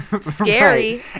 Scary